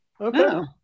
okay